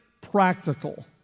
practical